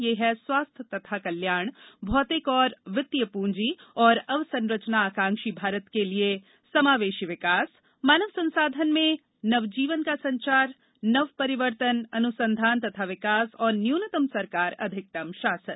ये हैं स्वास्थ्य तथा कल्याण मौतिक तथा वित्तीय पूंजी और अवसंरचना आकांक्षी भारत के लिए समावेशी विकास मानव संसाधन में नवजीवन का संचार नव परिवर्तन अन् संघान तथा विकास और न्यूनतम सरकार अधिकतम शासन